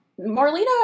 Marlena